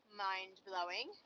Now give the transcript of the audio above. mind-blowing